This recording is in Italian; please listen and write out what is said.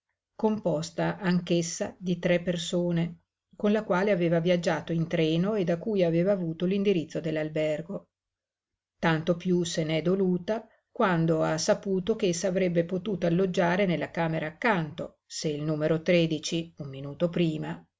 composta anch'essa di tre persone con la quale aveva viaggiato in treno e da cui aveva avuto l'indirizzo dell'albergo tanto piú se n'è doluta quando ha saputo ch'essa avrebbe potuto alloggiare nella camera accanto se il numero tredici un minuto prima